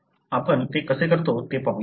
आपण ते कसे करता ते पाहूया